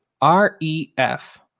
R-E-F